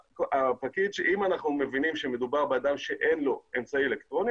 אם אנחנו מבינים שמדובר באדם שאין לו אמצעי אלקטרוני,